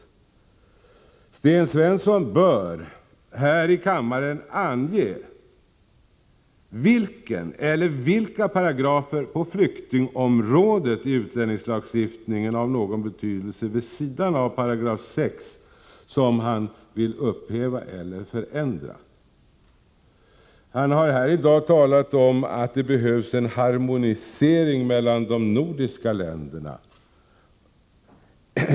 Sten Svensson bör här i kammaren ange vilken eller vilka paragrafer av någon betydelse på flyktingområdet i utlänningslagstiftningen vid sidan av 6 § som han vill upphäva eller förändra. Sten Svensson har här i dag talat om att det behövs en harmonisering mellan de nordiska länderna.